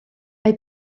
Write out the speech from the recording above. mae